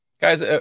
guys